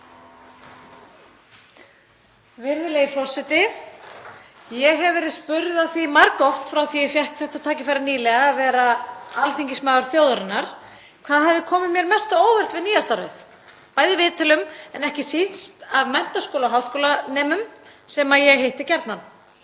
Virðulegi forseti. Ég hef verið spurð að því margoft frá því að ég fékk þetta tækifæri nýlega, að vera alþingismaður þjóðarinnar, hvað hafi komið mér mest á óvart við nýja starfið, bæði í viðtölum en ekki síst af menntaskóla- og háskólanemum sem ég hitti gjarnan.